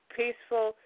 peaceful